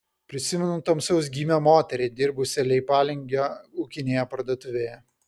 prisimenu tamsaus gymio moterį dirbusią leipalingio ūkinėje parduotuvėje